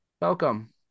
Welcome